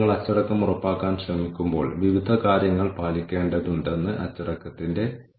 അതിനുശേഷം നമ്മൾ തയ്യാറെടുപ്പിലേക്കും സന്നദ്ധതയിലേക്കും നീങ്ങുന്നു